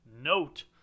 Note